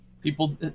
People